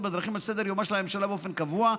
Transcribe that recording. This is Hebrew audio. בדרכים על סדר-יומה של הממשלה באופן קבוע,